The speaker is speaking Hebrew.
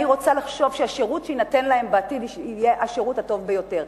אני רוצה לחשוב שהשירות שיינתן להם בעתיד יהיה השירות הטוב ביותר.